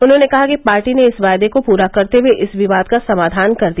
उन्होंने कहा कि पार्टी ने इस वायदे को पूरा करते हुए इस विवाद का समाधान कर दिया